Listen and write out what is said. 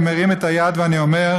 אני מרים את היד ואני אומר: